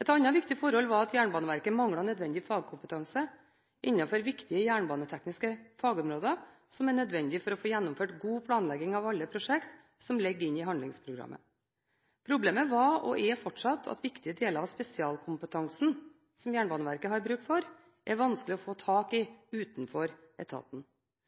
Et annet viktig forhold var at Jernbaneverket manglet nødvendig fagkompetanse innenfor viktige jernbanetekniske fagområder, som er nødvendig for å få gjennomført god planlegging av alle prosjekter som ligger inne i handlingsprogrammet. Problemet var, og er fortsatt, at viktige deler av spesialkompetansen som Jernbaneverket har bruk for, er vanskelig å få tak i utenfor etaten.